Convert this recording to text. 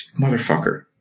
Motherfucker